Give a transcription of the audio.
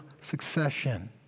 succession